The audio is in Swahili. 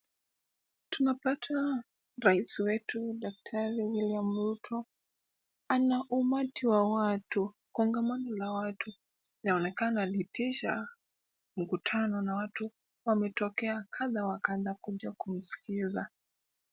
Tunapata rais wetu, Daktari William Ruto ana umati wa watu, kongamano la watu laonekana aliitisha mkutano na watu wametokea kadha wa kadha wamekuja kumsikiza.